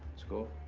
it's cool?